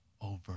over